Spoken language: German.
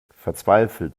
verzweifelt